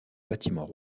bâtiments